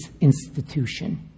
institution